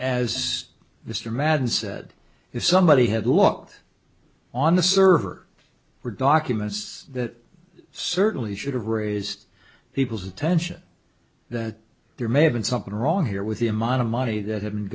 as mr madden said if somebody had looked on the server for documents that certainly should have raised people's attention that there may have been something wrong here with the amount of money that h